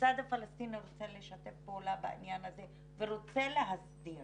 הצד הפלסטיני רוצה לשתף פעולה בצד הזה ורוצה להסדיר